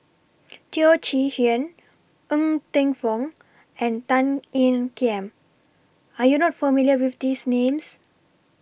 Teo Chee Hean Ng Teng Fong and Tan Ean Kiam Are YOU not familiar with These Names